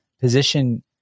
position